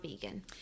vegan